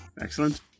Excellent